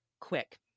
quick